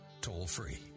toll-free